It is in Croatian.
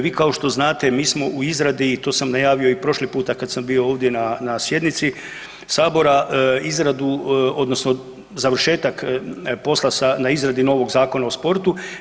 Vi kao što znate mi smo u izradi i to sam najavio i prošli puta kad sam bio ovdje na sjednici sabora izradu odnosno završetak posla na izradi novog Zakona o sportu.